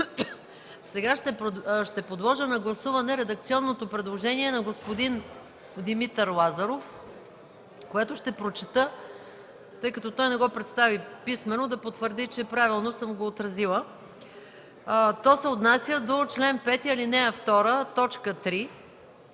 прието. Подлагам на гласуване редакционното предложение на господин Димитър Лазаров, което ще прочета, тъй като не го представи писмено, за да потвърди, че правилно съм го отразила. То се отнася до чл. 5, ал. 2, т. 3